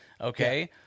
Okay